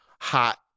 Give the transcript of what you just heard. hot